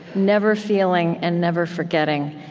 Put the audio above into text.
never feeling and never forgetting.